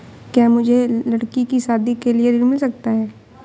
क्या मुझे लडकी की शादी के लिए ऋण मिल सकता है?